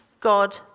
God